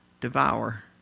devour